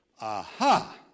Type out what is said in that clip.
Aha